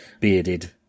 bearded